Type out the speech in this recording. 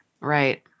Right